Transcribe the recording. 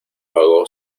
vago